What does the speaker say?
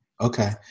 okay